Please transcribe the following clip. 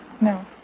No